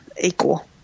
equal